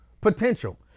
Potential